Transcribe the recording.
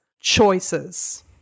choices